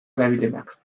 erabilienak